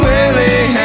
Willie